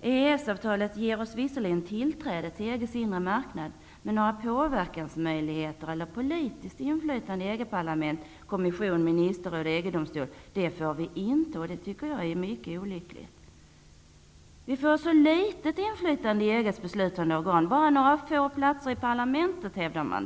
EES-avtalet ger oss visserligen tillträde till EG:s inre marknad, men några påverkansmöjligheter eller något politiskt inflytande i EG-parlamentet, Kommissionen, Ministerrådet och EG-domstolen får vi inte. Det tycker jag är mycket olyckligt. Vi får så litet inflytande i EG:s beslutande organ - bara några platser i parlamentet - hävdar man.